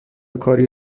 کاری